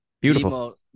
beautiful